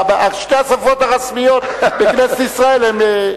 שתי השפות הרשמיות בכנסת ישראל הן,